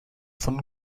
von